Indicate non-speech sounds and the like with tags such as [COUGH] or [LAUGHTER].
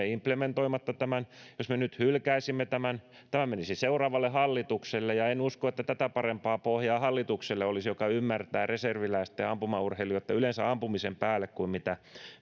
[UNINTELLIGIBLE] implementoimatta tämän jos me nyt hylkäisimme tämän tämä menisi seuraavalle hallitukselle enkä usko että olisi tätä parempaa pohjaa hallitukselle joka ymmärtää reserviläisten ampumaurheilijoitten ja yleensä ampumisen päälle kuin mitä